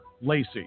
Lacey